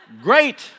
Great